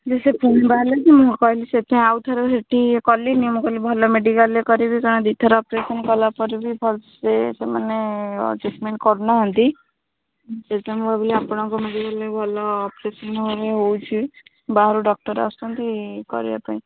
ଯେ ସେ ପୁଣି ବାହାରିଲା କି ମୁଁ କହିଲି ସେଥିପାଇଁ ଆଉ ଥରେ ସେଇଠି କଲିନି ମୁଁ କହିଲି ଭଲ ମେଡ଼ିକାଲ୍ରେ କରିବି କାରଣ ଦୁଇ ଥର ଅପରେସନ୍ କଲାପରେ ବି ଭଲସେ ସେମାନେ ଟ୍ରିଟ୍ମେଣ୍ଟ୍ କରୁନାହାନ୍ତି ସେଥିପାଇଁ ମୁଁ ଭାବିଲି ଆପଣଙ୍କ ମେଡ଼ିକାଲ୍ରେ ଭଲ ଅପରେସନ୍ ହେଉଛି ବାହାରୁ ଡକ୍ଟର୍ ଆସୁଛନ୍ତି କରିବା ପାଇଁ